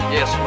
Yes